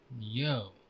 Yo